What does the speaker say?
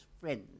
friends